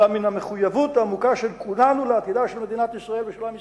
אלא מן המחויבות העמוקה של כולנו לעתיד של מדינת ישראל ושל עם ישראל.